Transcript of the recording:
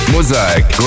Mosaic